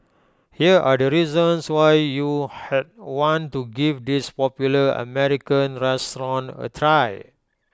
here are the reasons why you had want to give this popular American restaurant A try